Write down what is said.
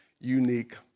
unique